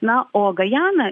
na o gajana